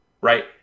right